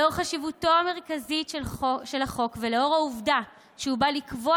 לאור חשיבותו המרכזית של החוק ולאור העובדה שהוא בא לקבוע